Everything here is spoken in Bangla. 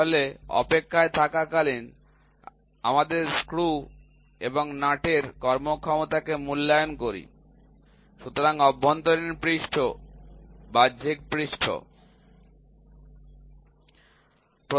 তাহলে অপেক্ষায় থাকাকালীন আমরা স্ক্রু এবং নাট এর কর্মক্ষমতা কে মূল্যায়ন করি সুতরাং অভ্যন্তরীণ পৃষ্ঠ বাহ্যিক পৃষ্ঠ internal surface external surface